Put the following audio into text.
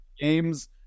games